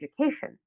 education